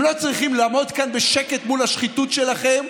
הם לא צריכים לעמוד כאן בשקט מול השחיתות שלכם.